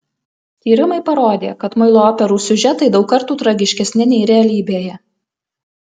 tyrimai parodė kad muilo operų siužetai daug kartų tragiškesni nei realybėje